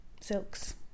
silks